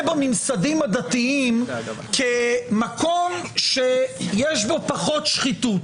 בממסדים הדתיים מקום שיש בו פחות שחיתות.